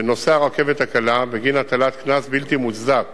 נוסעי הרכבת הקלה בגין הטלת קנס בלתי מוצדק